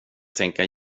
tänka